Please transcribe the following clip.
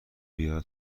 بیار